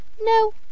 No